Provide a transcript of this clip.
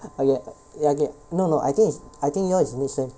I get ya I get no no I think is I think yours is next sem